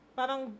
parang